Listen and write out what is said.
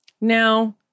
Now